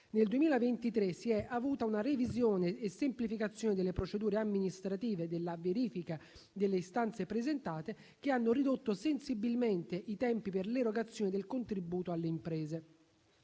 Nel 2023 si è avuta una revisione e semplificazione delle procedure amministrative della verifica delle istanze presentate, che hanno ridotto sensibilmente i tempi per l'erogazione del contributo alle imprese.